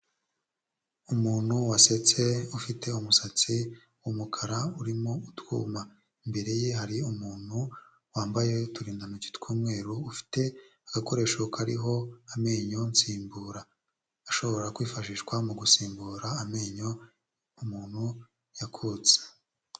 Umuntu wasetse ufite umusatsi w'umukara urimo utwuma imbere ye hari umuntu wambaye uturindantoki tw'umweru ufite agakoresho kariho amenyo nsimbura ashobora kwifashishwa mu gusimbura amenyo umuntu yakutse.